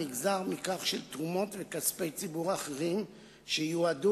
הנגזר מתרומות וכספי ציבור אחרים שיועדו